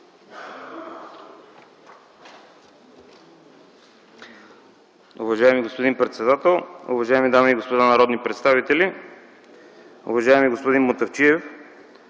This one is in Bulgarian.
Уважаеми господин председателстващ, дами и господа народни представители, уважаеми господин Кутев!